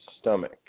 stomach